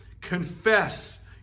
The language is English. Confess